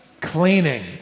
cleaning